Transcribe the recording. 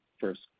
first